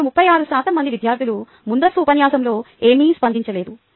ఇప్పుడు 34 శాతం మంది విద్యార్థులు ముందస్తు ఉపన్యాసంలో ఏమీ స్పందించలేదు